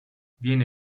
viene